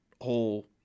whole